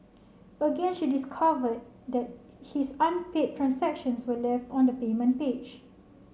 again she discovered that his unpaid transactions were left on the payment page